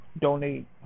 donate